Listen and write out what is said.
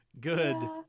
good